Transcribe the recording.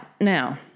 now